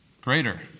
Greater